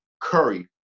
Curry